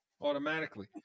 automatically